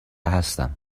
هستم